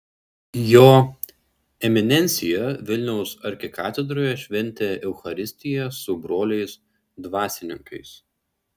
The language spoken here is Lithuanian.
jo eminencija vilniaus arkikatedroje šventė eucharistiją su broliais dvasininkais